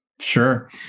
Sure